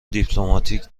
دیپلماتیک